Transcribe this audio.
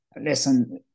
listen